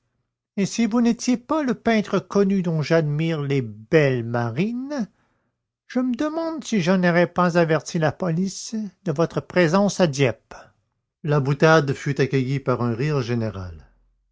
et si vous n'étiez pas le peintre connu dont j'admire les belles marines je me demande si je n'aurais pas averti la police de votre présence à dieppe la boutade fut accueillie par un rire général